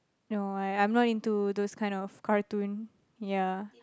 no I'm not into those kind of cartoon